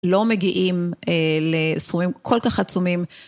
לא מגיעים לסכומים כל כך עצומים.